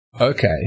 Okay